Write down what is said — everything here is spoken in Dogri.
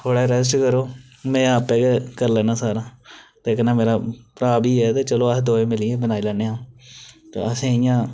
थोह्ड़ा रेस्ट करो में आपें गै करी लैन्ना सारा ते कन्नै मेरा भ्रा बी ऐ ते चलो अस दोए मिलियै बनाई लैने आं ते असें इ'यां